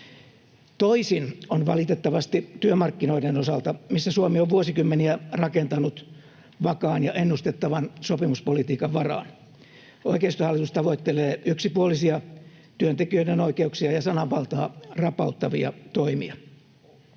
Toisin on valitettavasti työmarkkinoiden osalta, missä Suomi on vuosikymmeniä rakentanut vakaan ja ennustettavan sopimuspolitiikan varaan. Oikeistohallitus tavoittelee yksipuolisia työntekijöiden oikeuksia ja sananvaltaa rapauttavia toimia.